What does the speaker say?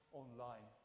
online